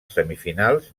semifinals